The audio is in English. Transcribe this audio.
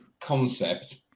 concept